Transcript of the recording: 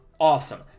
Awesome